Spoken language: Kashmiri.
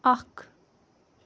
اَکھ